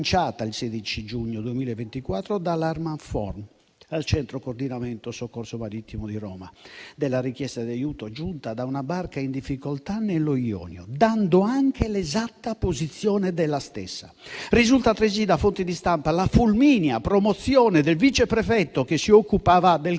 il 16 giugno 2024 da Alarm Phone al centro coordinamento soccorso marittimo di Roma, della richiesta di aiuto giunta da una barca in difficoltà nello Ionio, dando anche la sua esatta posizione. Risulta altresì da fonti di stampa la fulminea promozione del viceprefetto che si occupava del caso